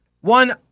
One